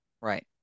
right